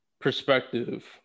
perspective